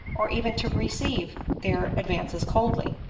or even to receive their advances coldly